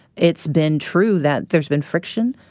it's been true that there's been friction,